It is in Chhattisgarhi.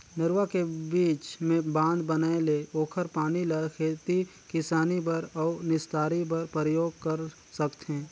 नरूवा के बीच मे बांध बनाये ले ओखर पानी ल खेती किसानी बर अउ निस्तारी बर परयोग कर सकथें